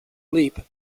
leap